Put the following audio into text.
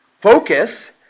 focus